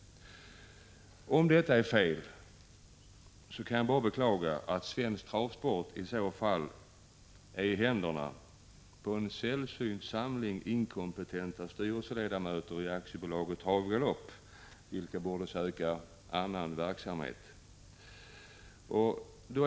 Om detta är fel, kan jag bara beklaga att svensk travsport är i händerna på en sällsynt samling inkompetenta styrelseledamöter i Aktiebolaget Trav och Galopp, vilka borde söka annan verksamhet. Fru talman!